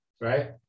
right